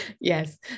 Yes